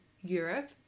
Europe